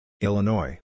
Illinois